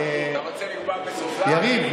יריב,